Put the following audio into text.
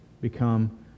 Become